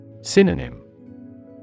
Synonym